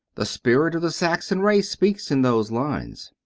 the spirit of the saxon race speaks in those lines.